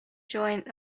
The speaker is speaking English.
joined